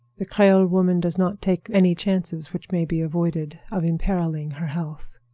the creole woman does not take any chances which may be avoided of imperiling her health.